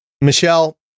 Michelle